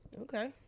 okay